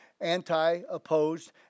anti-opposed